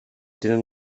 tenen